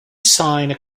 signed